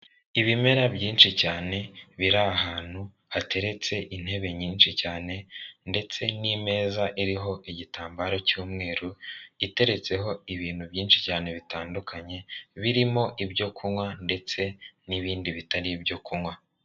Ibimera byinshi cyane biri ahantu hateretse intebe nyinshi cyane ndetse n'imeza iriho igitambaro cy'umweru iteretseho ibintu byinshi cyane bitandukanye birimo ibyo kunywa ndetse n'ibindi bitari ibyo kunywa.